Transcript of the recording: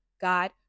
God